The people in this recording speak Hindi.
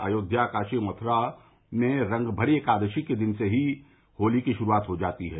अयोध्या काशी मथुरा में रंगभरी एकादशी के दिन से ही होली की श्रूआत हो जाती है